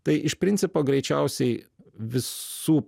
tai iš principo greičiausiai visų